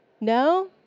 No